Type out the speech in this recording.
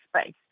space